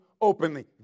openly